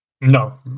No